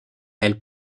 elle